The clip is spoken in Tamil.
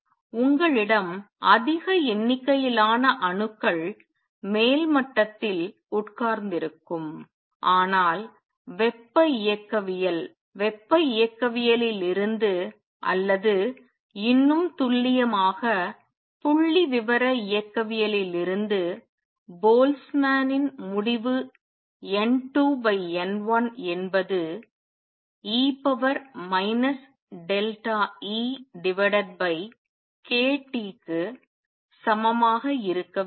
எனவே உங்களிடம் அதிக எண்ணிக்கையிலான அணுக்கள் மேல்மட்டத்தில் உட்கார்ந்திருக்கும் ஆனால் வெப்ப இயக்கவியல் ஆனால் வெப்ப இயக்கவியலில் இருந்து அல்லது இன்னும் துல்லியமாக புள்ளிவிவர இயக்கவியலில் இருந்து போல்ட்ஜ்மன் முடிவு N2N1 என்பது e EkT க்கு சமமாக இருக்க வேண்டும்